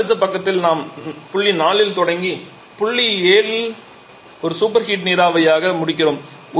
குறைந்த அழுத்த பக்கத்தில் நாம் புள்ளி 4 இல் தொடங்கி புள்ளி 7 ஐ ஒரு சூப்பர் ஹீட் நீராவியாக முடிக்கிறோம்